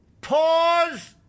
Pause